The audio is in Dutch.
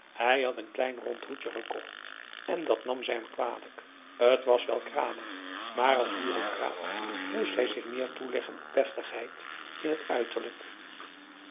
hij had een klein rond hoedje gekocht en dat nam zij hem kwalijk t was wel kranig maar als bureaucraat moest hij zich meer toeleggen op deftigheid in t uiterlijk